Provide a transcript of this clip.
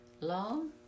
long